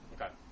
okay